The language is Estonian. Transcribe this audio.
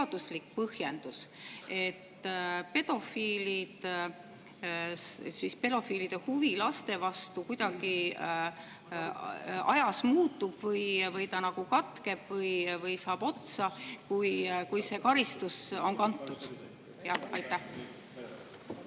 teaduslik põhjendus selle kohta, et pedofiilide huvi laste vastu kuidagi ajas muutub või ta nagu katkeb või saab otsa, kui see karistus on kantud? Aitäh